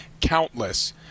Countless